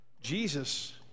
Jesus